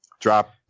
drop